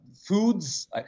Foods